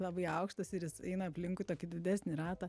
labai aukštas ir jis eina aplinkui tokį didesnį ratą